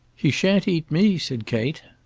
he shan't eat me, said kate.